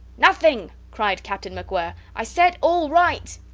nothing, cried captain macwhirr. i said all right.